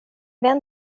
vän